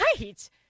right